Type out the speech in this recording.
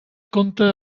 compta